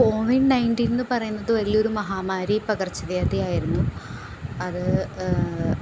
Covid നയൻടീനെന്നു പറയുന്നത് വലിയൊരു മഹാമാരി പകർച്ചവ്യാധി ആയിരുന്നു അത്